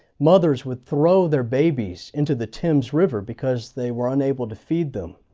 mothers would throw their babies into the thames river because they were unable to feed them.